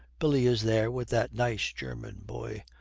billy is there with that nice german boy.